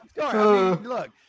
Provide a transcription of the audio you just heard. Look